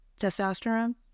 testosterone